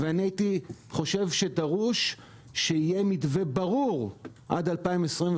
אני חושב שדרוש מתווה ברור עד 2025,